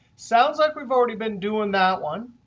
sounds like we've already been doing that one.